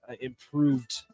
improved